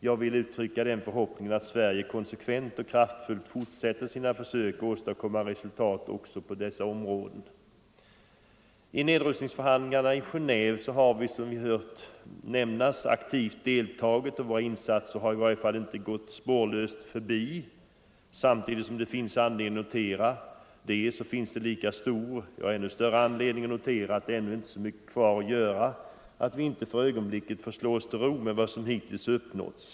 Jag vill uttrycka den förhoppningen att Sverige konsekvent och kraftfullt fortsätter sina försök att åstadkomma resultat också på dessa områden. I nedrustningsförhandlingarna i Geneve har vi, som vi här hört nämnas, aktivt deltagit och våra insatser har i varje fall inte gått spårlöst förbi. Samtidigt som det finns anledning att notera det finns det lika stor, ja större, anledning att notera att det ännu är så mycket kvar att göra att vi inte för ögonblicket får slå oss till ro med vad som hittills uppnåtts.